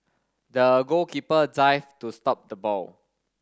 the goalkeeper dived to stop the ball